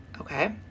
Okay